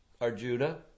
Arjuna